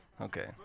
Okay